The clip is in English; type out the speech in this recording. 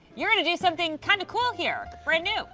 you're going to do something kind of cool here, brand-new.